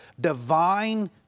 divine